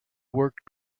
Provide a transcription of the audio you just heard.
work